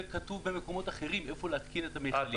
זה כתוב במקומות אחרים איפה להתקין את המיכלים.